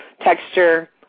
texture